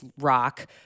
rock